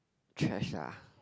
trash lah